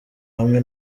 hamwe